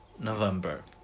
November